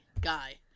guy